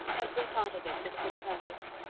every part of it would have been perfect.